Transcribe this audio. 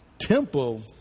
Temple